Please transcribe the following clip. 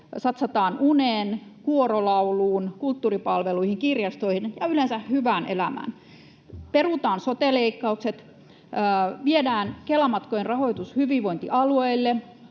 satsataan uneen, kuorolauluun, kulttuuripalveluihin, kirjastoihin ja yleensä hyvään elämään. Perutaan sote-leikkaukset, viedään Kela-matkojen rahoitus hyvinvointialueille,